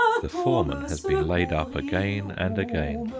the foreman has been laid up again and again.